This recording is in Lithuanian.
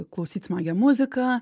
klausyt smagią muziką